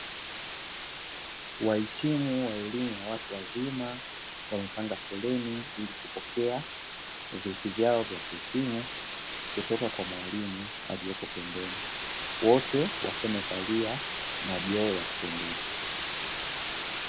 Wahitimu wa elimu na watu wazima wamepanga shuleni ili kupokea vyeti vyao vya kitimu kutoka kwa mwalimu aliopo pembeni wote wakiwa wamevalia majoho ya kupendeza.